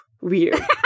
weird